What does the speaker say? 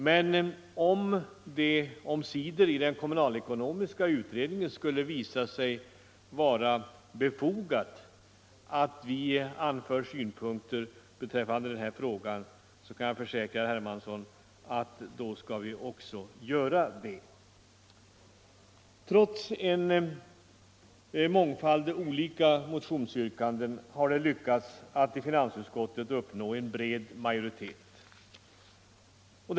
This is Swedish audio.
Men om det omsider i den kommunalekonomiska utredningen skulle visa sig vara befogat att vi anför synpunkter i denna fråga, då kan jag försäkra herr Hermansson att vi också kommer att göra det. Trots en mångfald olika motionsyrkanden har det lyckats att uppnå en bred majoritet i finansutskottet.